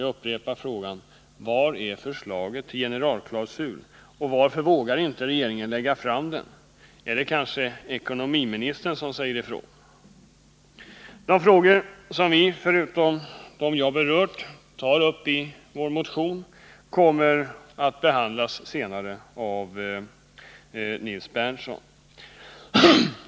Jag upprepar frågan: Var är förslaget till generalklausul, och varför vågar inte regeringen lägga fram det? Är det kanske ekonomiministern som säger ifrån? De frågor som vi, förutom dem jag har berört, tar upp i vår motion kommer senare att behandlas av Nils Berndtson.